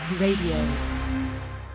Radio